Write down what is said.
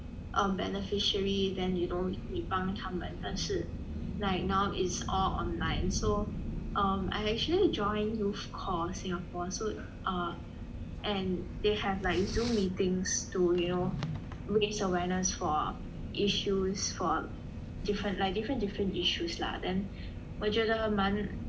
um beneficiary then you know 你帮他们但是 like now it's all online so um I actually joined youth corps Singapore so uh and they have like Zoom meetings to you know raise awareness for issues for different like different different issues lah then 我觉得蛮